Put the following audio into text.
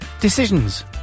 decisions